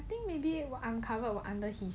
I think maybe I'm covered for whatever under his